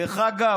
דרך אגב,